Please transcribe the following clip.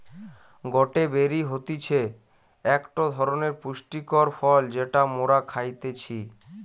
গটে বেরি হতিছে একটো ধরণের পুষ্টিকর ফল যেটা মোরা খাইতেছি